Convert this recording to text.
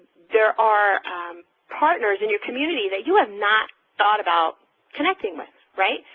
there are partners in your community that you have not thought about connecting with, right?